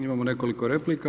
Imamo nekoliko replika.